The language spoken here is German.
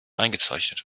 eingezeichnet